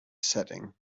setting